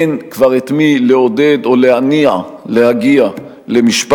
אין כבר את מי לעודד או להניע להגיע למשפט,